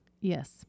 Yes